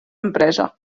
empresa